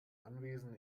anwesen